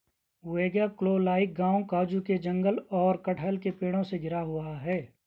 वेगाक्कोलाई गांव काजू के जंगलों और कटहल के पेड़ों से घिरा हुआ है